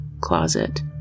closet